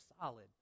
solid